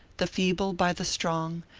the feeble by the strong,